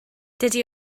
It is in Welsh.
dydy